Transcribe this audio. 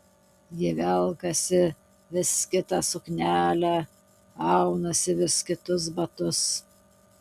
ji velkasi vis kitą suknelę aunasi vis kitus batus